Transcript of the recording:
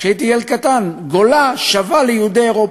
כשהייתי ילד קטן, גולה שווה ליהודי אירופה,